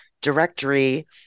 directory